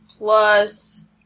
Plus